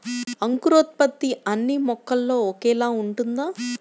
అంకురోత్పత్తి అన్నీ మొక్కల్లో ఒకేలా ఉంటుందా?